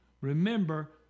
Remember